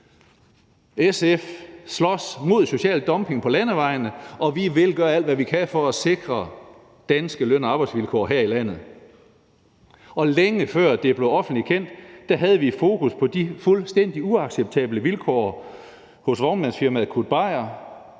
SF slås mod social dumping på landevejene, og vi vil gøre alt, hvad vi kan, for at sikre danske løn- og arbejdsvilkår her i landet, og længe før det blev offentligt kendt, havde vi et fokus på de fuldstændig uacceptable vilkår hos vognmandsfirmaet Kurt